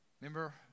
Remember